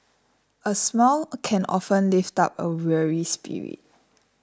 a smile can often lift up a weary spirit